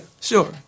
sure